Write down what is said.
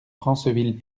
franceville